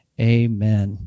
Amen